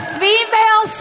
female